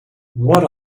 what